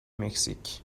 مکزیک